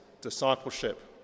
discipleship